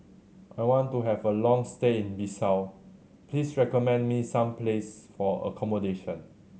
I want to have a long stay in Bissau please recommend me some places for accommodation